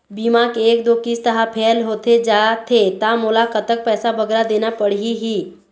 बीमा के एक दो किस्त हा फेल होथे जा थे ता मोला कतक पैसा बगरा देना पड़ही ही?